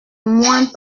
moins